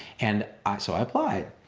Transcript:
and ah so i applied.